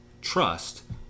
trust